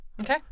Okay